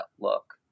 look